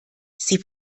sie